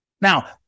Now